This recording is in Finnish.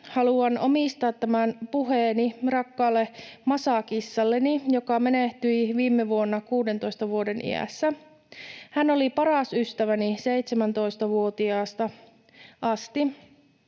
haluan omistaa tämän puheeni rakkaalle Masa-kissalleni, joka menehtyi viime vuonna 16 vuoden iässä. Hän oli paras ystäväni 17-vuotiaasta asti.